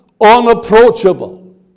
unapproachable